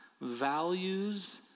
values